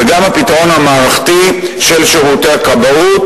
וגם הפתרון המערכתי של שירותי הכבאות